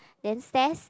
then stairs